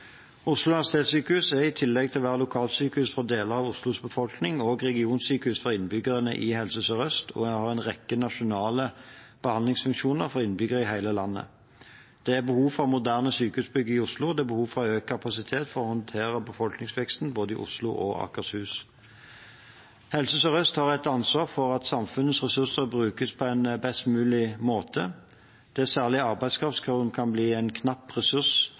Oslo universitetssykehus er i tillegg til å være lokalsykehus for deler av Oslos befolkning også regionsykehus for innbyggerne i Helse Sør-Øst og har en rekke nasjonale behandlingsfunksjoner for innbyggere i hele landet. Det er behov for moderne sykehusbygg i Oslo, og det er behov for økt kapasitet for å håndtere befolkningsveksten både i Oslo og i Akershus. Helse Sør-Øst har et ansvar for at samfunnets ressurser brukes på en best mulig måte. Det er særlig arbeidskraft som kan bli en knapp ressurs